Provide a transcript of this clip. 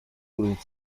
уровень